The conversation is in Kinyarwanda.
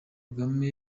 kagame